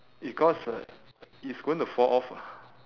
because like it's going to fall off ah